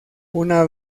una